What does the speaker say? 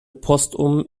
postum